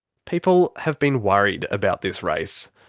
people have been worried about this race.